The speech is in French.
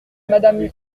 madame